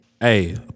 Hey